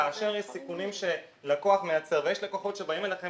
כאשר יש סיכונים שלקוח מייצר ויש לקוחות שבאים אליכם